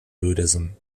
buddhism